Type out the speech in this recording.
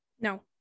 no